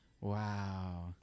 Wow